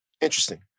interesting